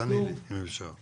תעני לי אם אפשר.